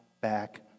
back